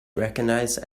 recognized